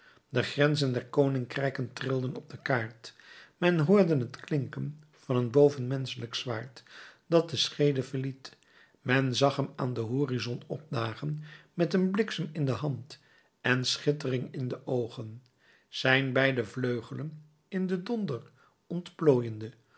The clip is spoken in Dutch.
de grenzen der koninkrijken trilden op de kaart men hoorde het klinken van een bovenmenschelijk zwaard dat de scheede verliet men zag hem aan den horizon opdagen met een bliksem in de hand en schittering in de oogen zijn beide vleugelen in den donder ontplooiende